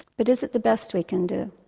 but is it the best we can do?